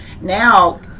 now